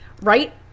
right